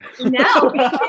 No